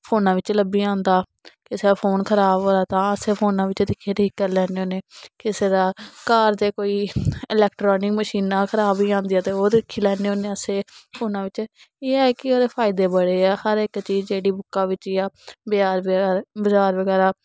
फोना बिच्च लभ्बी जंदा किसे दा फोन खराब होए दा तां असें फोना बिच्च दिक्खियै ठीक करी लैन्ने होन्ने किसे दा घर ते कोई इलेक्ट्रॉनिक मशीनां खराब होई जन्दियां ते ओह् दिक्खी लैन्ने होन्ने अस एह् फोना बिच्च एह् ऐ कि एह्दे फायदे बड़े ऐ हर इक चीज जेह्ड़ी बुक्का बिच्च जां बजार बगैरा बजार वगैरा